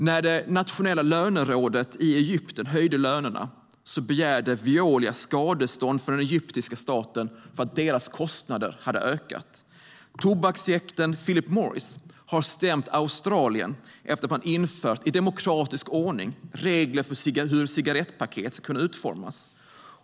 När det nationella lönerådet i Egypten höjde lönerna begärde Veolia skadestånd från den egyptiska staten för att deras kostnader hade ökat. Tobaksjätten Philip Morris har stämt Australien efter att man, i demokratisk ordning, infört regler för hur cigarettpaket skulle utformas.